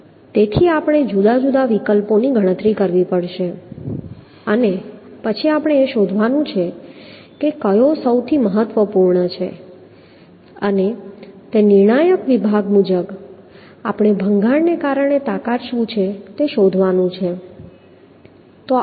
તેથી આપણે જુદા જુદા વિકલ્પોની ગણતરી કરવી પડશે અને પછી આપણે એ શોધવાનું છે કે કયો સૌથી મહત્વપૂર્ણ છે અને તે નિર્ણાયક વિભાગ મુજબ આપણે ભંગાણને કારણે તાકાત શું છે તે શોધવાનું છે